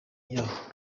yaho